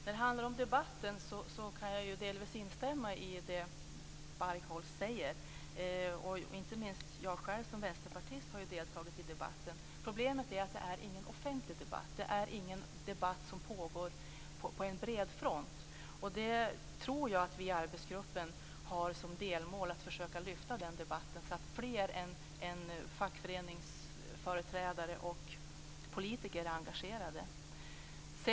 Fru talman! Angående debatten kan jag delvis instämma i det som Helena Bargholtz säger. Inte minst jag själv som vänsterpartist har ju deltagit i debatten. Problemet är att det förs ingen offentlig debatt. Det pågår ingen debatt på bred front. Vi i arbetsgruppen har som delmål att försöka lyfta fram den debatten så att fler än fackföreningsföreträdare och politiker är engagerade.